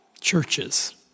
churches